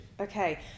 Okay